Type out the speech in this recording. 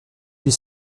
huit